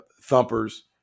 thumpers